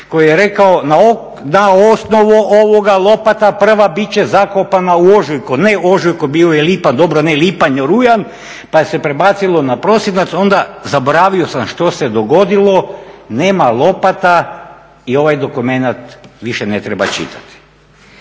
koji je rekao: "Na osnovu ovoga lopata prva bit će zakopana u ožujku." Ne ožujku bio je lipanj, dobro ne lipanj rujan, pa se prebacilo na prosinac, onda zaboravio što se dogodilo. Nema lopata i ovaj dokumenat više ne treba čitati.